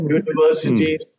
universities